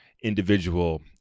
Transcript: individual